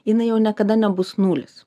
jinai jau niekada nebus nulis